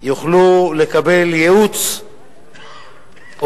יוכלו לקבל ייעוץ אובייקטיבי,